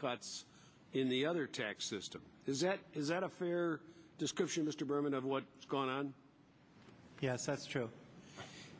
cuts in the other tax system is that is that a fair description mr berman of what is going on yes that's true